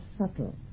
subtle